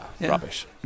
rubbish